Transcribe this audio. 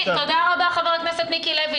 תודה, חבר הכנסת מיקי לוי.